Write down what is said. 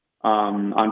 on